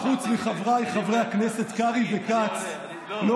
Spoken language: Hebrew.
למה חוץ מחבריי חברי הכנסת קרעי וכץ לא